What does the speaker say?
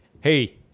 hey